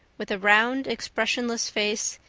with a round, expressionless face,